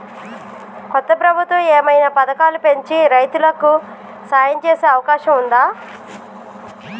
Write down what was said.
కొత్త ప్రభుత్వం ఏమైనా పథకాలు పెంచి రైతులకు సాయం చేసే అవకాశం ఉందా?